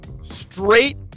Straight